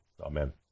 Amen